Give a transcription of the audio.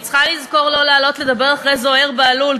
אני צריכה לזכור לא לעלות לדבר אחרי זוהיר בהלול,